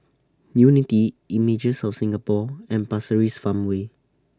Unity Images of Singapore and Pasir Ris Farmway